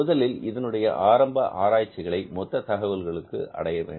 முதலில் இதனுடைய ஆரம்ப ஆராய்ச்சிகளை மொத்த தகவல்களுக்கு செய்ய வேண்டும்